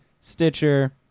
Stitcher